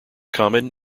common